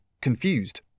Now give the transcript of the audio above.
confused